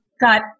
got